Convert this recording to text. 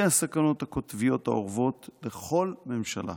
הסכנות הקוטביות האורבות לכל ממשלה: